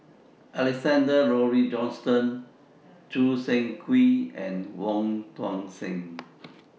Alexander Laurie Johnston Choo Seng Quee and Wong Tuang Seng